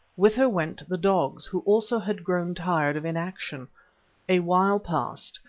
with her went the dogs, who also had grown tired of inaction a while passed,